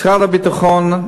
משרד הביטחון,